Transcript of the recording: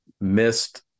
missed